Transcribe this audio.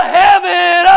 heaven